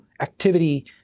activity